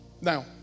Now